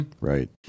right